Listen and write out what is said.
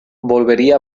volvería